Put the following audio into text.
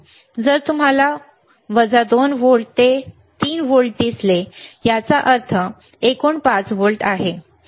जर तुम्हाला उणे 2 व्होल्ट ते 3 व्होल्ट दिसले याचा अर्थ एकूण 5 व्होल्ट आहे